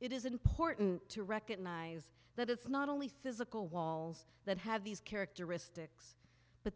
it is important to recognize that it's not only physical walls that have these characteristics but